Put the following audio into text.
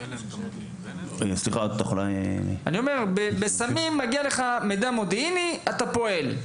לגבי סמים - מגיע אליך מידע מודיעיני ואתה פועל.